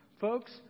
Folks